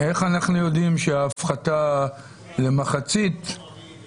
התוספת הזאת בסעיף 4ה(ג),